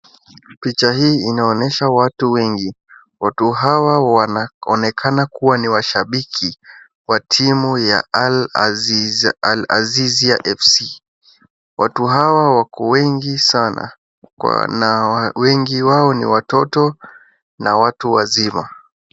Picha hii inaonyesha watu wengi watu hawa wanaonekana kuwa ni washabiki wa timu ya Al Aziz, Al Azizia FC, watu hawa wako wengi sana kwa na wengi wao ni watoto, na watu wazima.